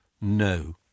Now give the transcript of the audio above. No